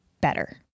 better